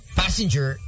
passenger